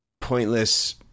pointless